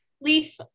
leaf